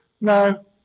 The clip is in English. No